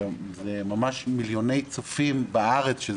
ממש מיליוני צופים בארץ,